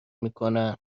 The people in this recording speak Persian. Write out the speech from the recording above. میکنن